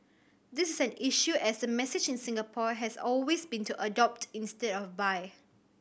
this is an issue as the message in Singapore has always been to adopt instead of buy